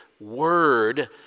word